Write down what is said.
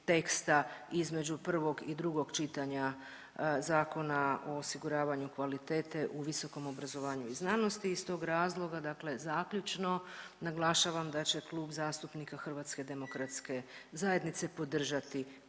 teksta između prvog i drugog čitanja Zakona o osiguravanju kvalitete u visokom obrazovanju i znanosti i iz tog razloga, dakle zaključno naglašavam da će Klub zastupnika Hrvatske demokratske zajednice podržati